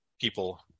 people